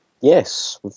yes